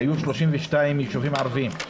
היו 32 ישובים ערביים.